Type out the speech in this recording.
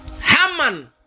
Haman